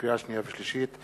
לקריאה שנייה ושלישית,